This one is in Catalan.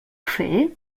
fer